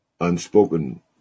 unspoken